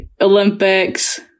Olympics